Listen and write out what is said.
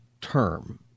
term